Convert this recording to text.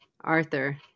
Arthur